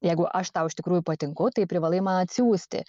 jeigu aš tau iš tikrųjų patinku tai privalai man atsiųsti